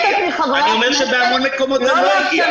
אני אומר שבהמון מקומות זה לא הגיע.